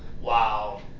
Wow